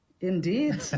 Indeed